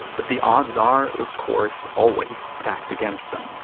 but the odds are, of course, always stacked against them.